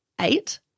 eight